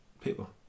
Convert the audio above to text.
people